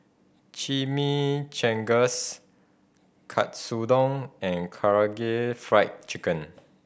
Chimichangas Katsudon and Karaage Fried Chicken